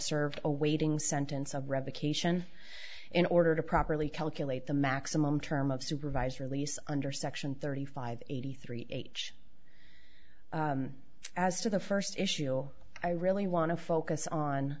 served awaiting sentence of revocation in order to properly calculate the maximum term of supervised release under section thirty five eighty three age as to the first issue i really want to focus on